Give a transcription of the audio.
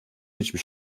hiçbir